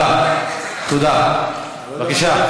בבקשה.